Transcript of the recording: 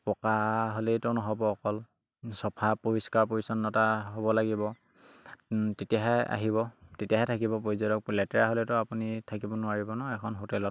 পকা হ'লেইতো নহ'ব অকল চাফা পৰিষ্কাৰ পৰিচ্ছন্নতা হ'ব লাগিব তেতিয়াহে আহিব তেতিয়াহে থাকিব পৰ্যটক লেতেৰা হ'লেতো আপুনি থাকিব নোৱাৰিব ন এখন হোটেলত